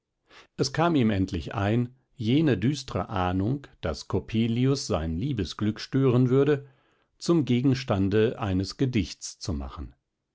es kam ihm endlich ein jene düstre ahnung daß coppelius sein liebesglück stören werde zum gegenstande eines gedichts zu machen